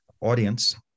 audience